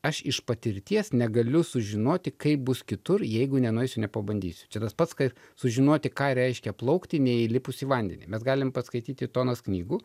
aš iš patirties negaliu sužinoti kaip bus kitur jeigu nenueisiu nepabandysiu čia tas pats kaip sužinoti ką reiškia plaukti neįlipus į vandenį mes galim paskaityti tonas knygų